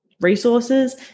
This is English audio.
resources